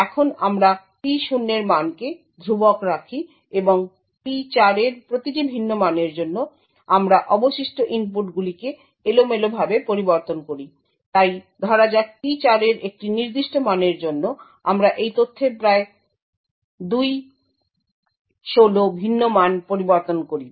এখন আমরা P0 এর মানকে ধ্রুবক রাখি এবং P4 এর প্রতিটি ভিন্ন মানের জন্য আমরা অবশিষ্ট ইনপুটগুলিকে এলোমেলোভাবে পরিবর্তন করি তাই ধরা যাক P4 এর একটি নির্দিষ্ট মানের জন্য আমরা এই তথ্যের প্রায় 216 ভিন্ন মান পরিবর্তন করি